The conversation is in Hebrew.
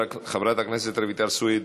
חברת הכנסת רויטל סויד,